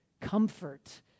Comfort